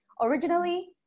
originally